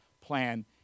plan